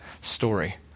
story